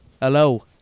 hello